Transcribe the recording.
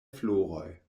floroj